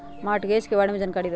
Mortgage के बारे में जानकारी देहु?